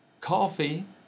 coffee